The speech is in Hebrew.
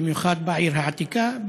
במיוחד בעיר העתיקה,